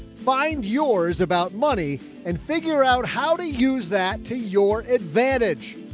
find yours about money and figure out how to use that to your advantage,